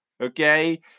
okay